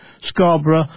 Scarborough